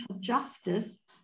justice